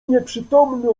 nieprzytomny